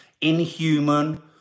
inhuman